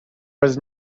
was